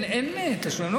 אין תשלום.